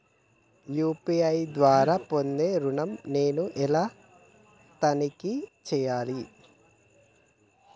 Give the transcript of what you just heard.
UPI ద్వారా పొందే ఋణం నేను ఎలా తనిఖీ చేయాలి?